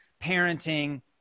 parenting